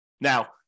Now